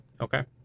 Okay